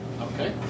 Okay